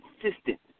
consistent